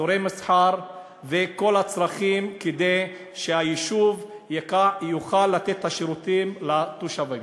אזורי מסחר וכל הצרכים כדי שהיישוב יוכל לתת את השירותים לתושבים.